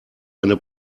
eine